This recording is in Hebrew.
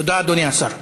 תודה, אדוני השר.